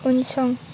उनसं